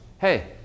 hey